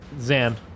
Zan